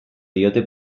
diote